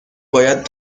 باید